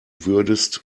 würdest